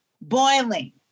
boiling